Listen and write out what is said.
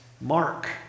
mark